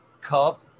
cup